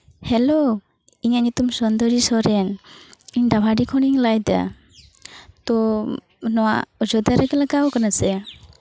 hello ᱤᱧᱟ ᱜ ᱧᱩᱛᱩᱢ ᱥᱩᱱᱫᱚᱨᱤ ᱥᱚᱨᱮᱱ ᱤᱧ ᱰᱟᱵᱷᱟᱰᱤ ᱠᱷᱚᱱᱤᱧ ᱞᱟᱹᱭᱫᱟ ᱛᱳ ᱱᱚᱣᱟ ᱚᱡᱳᱫᱽᱫᱷᱟ ᱨᱮᱜᱮ ᱞᱟᱜᱟᱣ ᱠᱟᱱᱟ ᱥᱮ